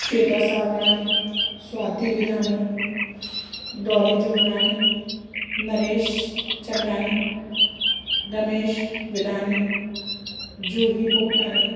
Shweta Sawlani Swati Vidhani Dolly Jhumnani Naresh Chandani Ramesh Vidhani Juhi Popatani